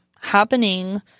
happening